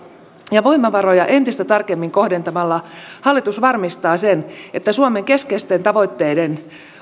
ja voimavaroja entistä tarkemmin kohdentamalla hallitus varmistaa sen että suomen keskeisten tavoitteiden